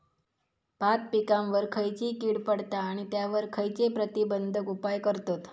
भात पिकांवर खैयची कीड पडता आणि त्यावर खैयचे प्रतिबंधक उपाय करतत?